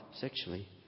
sexually